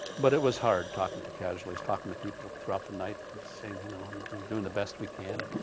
but it was hard talking to casualties, talking to people throughout the night saying you know, i'm and doing the best we can.